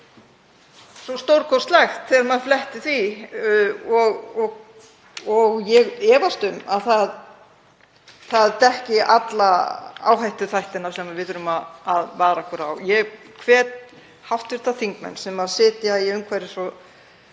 svo stórkostlegt þegar maður flettir því. Ég efast um að það dekki alla áhættuþætti sem við þurfum að vara okkur á. Ég hvet hv. þingmenn sem sitja í umhverfis-